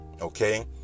Okay